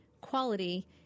quality